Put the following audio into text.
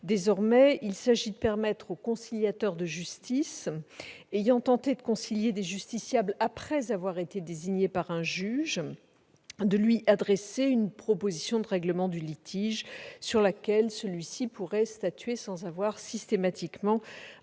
Désormais, il s'agit de permettre aux conciliateurs de justice ayant tenté de concilier des justiciables après avoir été désignés par un juge de lui adresser une proposition de règlement du litige sur laquelle celui-ci pourrait statuer sans avoir systématiquement